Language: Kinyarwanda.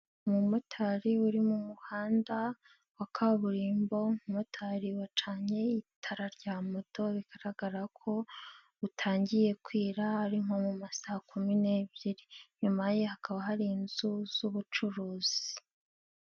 Umumotari uri mu muhanda wa kaburimbo, umumotari wacanye itara rya moto bigaragara ko butangiye kwira ari nko mu ma saa kumi n'ebyiri, inyuma ye hakaba hari inzu z'ubucuruzi.